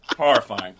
horrifying